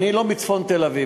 אני לא מצפון תל-אביב.